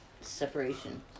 separation